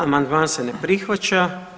Amandman se ne prihvaća.